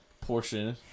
portion